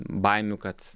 baimių kad